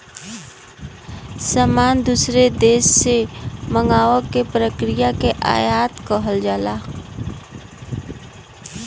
सामान दूसरे देश से मंगावे क प्रक्रिया के आयात कहल जाला